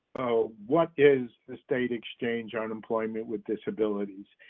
what is the state exchange on employment with disabilities?